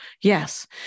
Yes